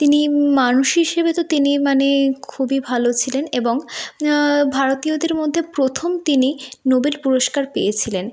তিনি মানুষ হিসেবে তো তিনি মানে খুবই ভালো ছিলেন এবং ভারতীয়দের মধ্যে প্রথম তিনি নোবেল পুরস্কার পেয়েছিলেন